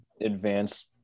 advance